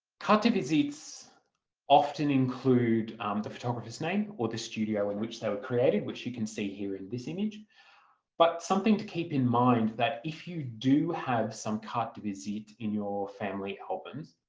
carte de visite often include the photographer's name or the studio in which they were created which you can see here in this image but something to keep in mind, that if you do have some carte de visite in your family albums,